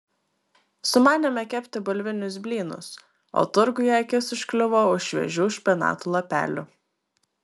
sumanėme kepti bulvinius blynus o turguje akis užkliuvo už šviežių špinatų lapelių